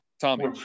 tommy